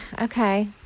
okay